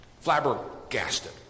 flabbergasted